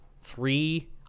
three